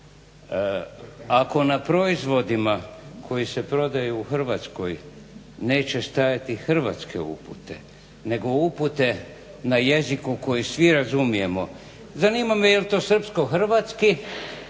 Ako na proizvodima koji se prodaju u Hrvatskoj neće stajati hrvatske upute nego upute na jeziku koji svi razumijemo. Zanima me je li to srpsko-hrvatski